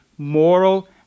Moral